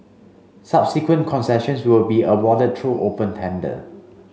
subsequent concessions will be awarded through open tender